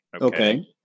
Okay